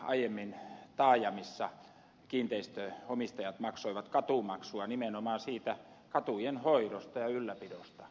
aiemmin taajamissa kiinteistön omistajat maksoivat katumaksua nimenomaan siitä katujen hoidosta ja ylläpidosta